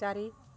ଚାରି